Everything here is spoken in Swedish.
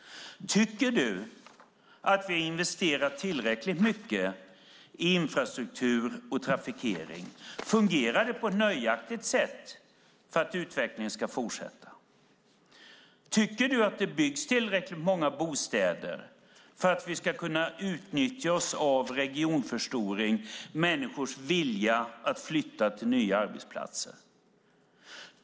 Tycker du att vi investerar tillräckligt mycket i infrastruktur och trafikering? Fungerar det på ett nöjaktigt sätt för att utvecklingen ska fortsätta? Tycker du att det byggs tillräckligt många bostäder för att vi ska kunna utnyttja regionförstoring och människors vilja att flytta till nya arbetsplatser?